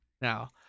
Now